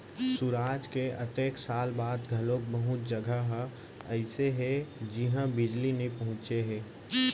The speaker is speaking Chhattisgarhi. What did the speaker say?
सुराज के अतेक साल बाद घलोक बहुत जघा ह अइसे हे जिहां बिजली नइ पहुंचे हे